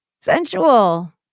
sensual